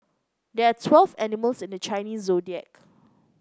there are twelve animals in the Chinese Zodiac